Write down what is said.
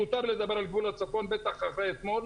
מיותר לדבר על גבול הצפון בטח אחרי אתמול.